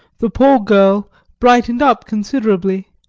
the poor girl brightened up considerably.